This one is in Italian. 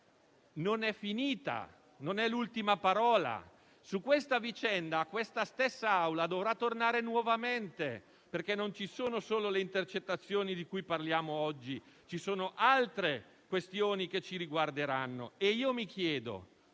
non è finita. Non è l'ultima parola. Su questa vicenda questa stessa Assemblea dovrà tornare nuovamente, perché non ci sono solo le intercettazioni di cui parliamo oggi, ma ci sono altre questioni che ci riguarderanno. Mi chiedo